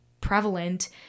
prevalent